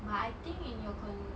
but I think in your con~